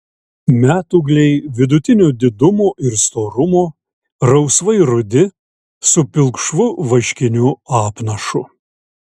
metūgliai vidutinio didumo ir storumo rausvai rudi su pilkšvu vaškiniu apnašu